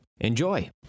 Enjoy